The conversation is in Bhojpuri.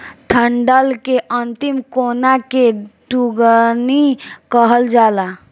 डंठल के अंतिम कोना के टुनगी कहल जाला